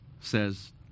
says